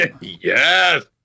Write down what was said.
Yes